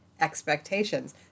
expectations